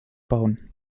bauen